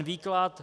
Výklad.